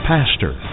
Pastor